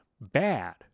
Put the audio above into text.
bad